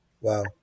Wow